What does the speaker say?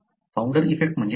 founder effect म्हणजे काय